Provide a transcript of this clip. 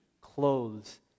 clothes